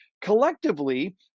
Collectively